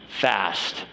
fast